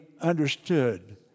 understood